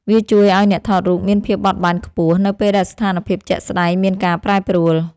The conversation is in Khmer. វាជួយឱ្យអ្នកថតរូបមានភាពបត់បែនខ្ពស់ នៅពេលដែលស្ថានភាពជាក់ស្ដែងមានការប្រែប្រួល។